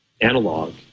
analog